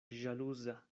ĵaluza